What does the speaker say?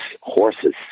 horses